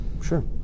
Sure